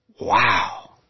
Wow